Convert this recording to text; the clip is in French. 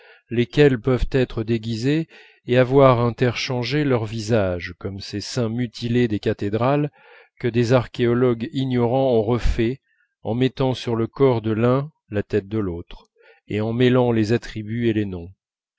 lesquelles peuvent être déguisées et avoir interchangé leurs visages comme ces saints mutilés des cathédrales que des archéologues ignorants ont refaits en mettant sur le corps de l'un la tête de l'autre et en mêlant les attributs et les noms